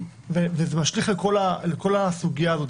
וזה משליך על כל הסוגיה הזאת,